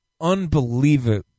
unbelievable